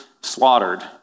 slaughtered